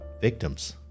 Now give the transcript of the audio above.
victims